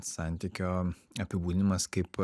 santykio apibūdinimas kaip